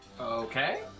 Okay